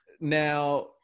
Now